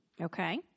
Okay